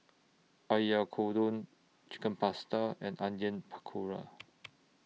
Oyakodon Chicken Pasta and Onion Pakora